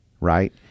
right